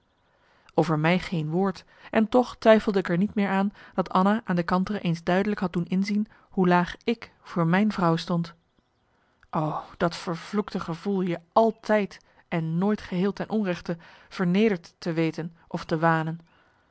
over mij geen woord en toch twijfelde ik er niet meer aan dat anna aan de kantere eens duidelijk had doen inzien hoe laag ik voor mijn vrouw stond o dat vervloekte gevoel je altijd en nooit geheel ten onrechte vernederd te weten of te wanen